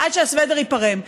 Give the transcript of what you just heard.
עד שהסוודר נפרם.